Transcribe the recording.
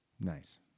Nice